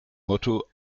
motto